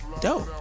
dope